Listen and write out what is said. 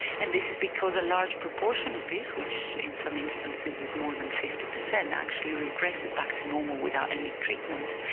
and this is because a large proportion of this, which in some instances is more than fifty percent, actually regresses back to normal without any treatment.